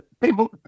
people